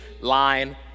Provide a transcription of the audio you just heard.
line